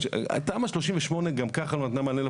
תמ"א 38 גם ככה לא נתנה מענה לפריפריה.